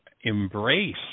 embrace